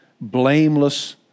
blameless